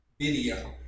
video